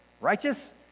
Righteous